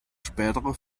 spätere